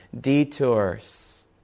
detours